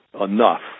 enough